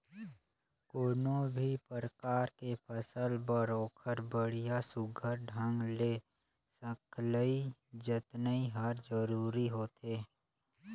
कोनो भी परकार के फसल बर ओखर बड़िया सुग्घर ढंग ले सकलई जतनई हर जरूरी होथे